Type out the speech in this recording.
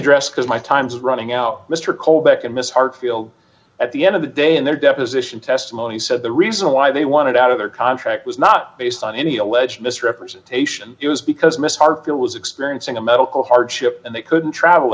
address because my time's running out mr colback and miss hartfield at the end of the day and their deposition testimony said the reason why they wanted out of their contract was not based on any alleged misrepresentation it was because mr harper was experiencing a medical hardship and they couldn't travel